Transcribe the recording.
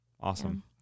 Awesome